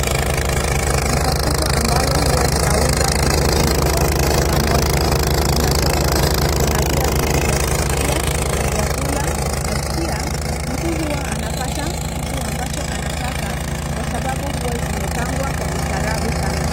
Duka kubwa ambalo huwa linauza vitu vingi kwa pamoja, kuna soda, kuna pia vitu vya kupikia, kuna vyakula, na pia, mtu huwa anapata kitu ambacho anataka, kwa sababu, huwa zimepangwa kwa ustaharabu sana.